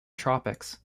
tropics